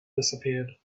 disappeared